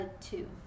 two